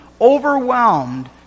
overwhelmed